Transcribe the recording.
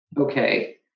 okay